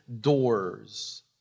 doors